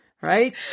right